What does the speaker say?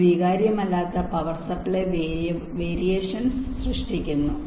അവ സ്വീകാര്യമല്ലാത്ത power supply variations സൃഷ്ടിക്കുന്നു